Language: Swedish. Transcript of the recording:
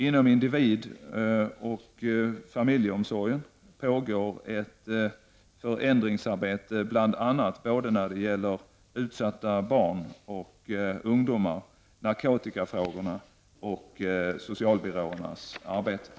Inom individ och familjeomsorgen pågår ett förändringsarbete bl.a. när det gäller utsatta barn och ungdomar, narkotikafrågorna och socialbyråernas arbetssätt.